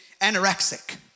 anorexic